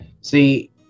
see